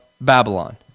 Babylon